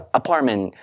apartment